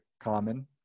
common